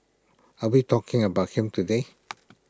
are we talking about him today